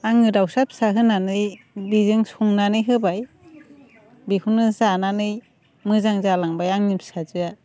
आङो दाउसा फिसा होनानै बेजों संनानै होबाय बेखौनो जानानै मोजां जालांबाय आंनि फिसाजोआ